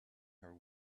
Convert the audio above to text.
her